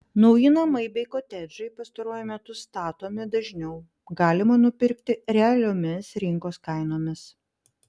nauji namai bei kotedžai pastaruoju metu statomi dažniau galima nupirkti realiomis rinkos kainomis